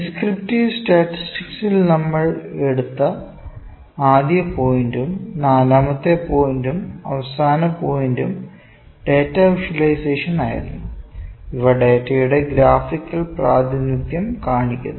descriptive സ്റ്റാറ്റിസ്റ്റിക്സിൽ നമ്മൾ എടുത്ത ആദ്യ പോയിന്റും നാലാമത്തെ പോയിന്റും അവസാന പോയിന്റും ഡാറ്റ വിഷ്വലൈസേഷൻ ആയിരുന്നു ഇവ ഡാറ്റയുടെ ഗ്രാഫിക്കൽ പ്രാതിനിധ്യം കാണിക്കുന്നു